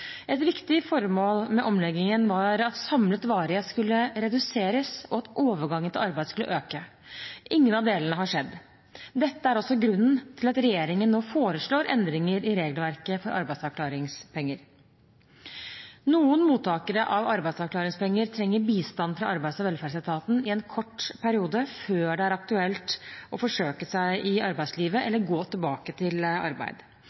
Et viktig formål med omleggingen var at samlet varighet skulle reduseres, og at overgangen til arbeid skulle øke. Ingen av delene har skjedd. Dette er grunnen til at regjeringen nå foreslår endringer i regelverket for arbeidsavklaringspenger. Noen mottakere av arbeidsavklaringspenger trenger bistand fra Arbeids- og velferdsetaten i en kort periode før det er aktuelt å forsøke seg i arbeidslivet eller gå tilbake til arbeid.